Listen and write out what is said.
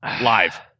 Live